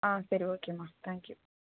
ஆ சரி ஓகேம்மா thank you